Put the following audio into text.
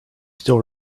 still